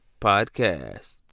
podcast